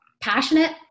passionate